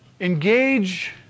engage